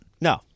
No